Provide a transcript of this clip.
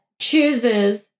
chooses